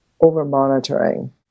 over-monitoring